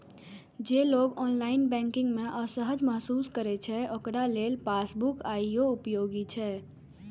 जे लोग online banking मे असहज महसूस करै छै, ओकरा लेल पासबुक आइयो उपयोगी छै